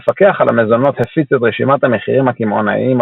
המפקח על המזונות הפיץ את רשימת המחירים הקמעונאיים